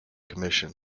commission